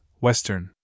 Western